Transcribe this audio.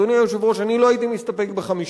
אדוני היושב-ראש, אני לא הייתי מסתפק ב-5%;